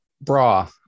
Bra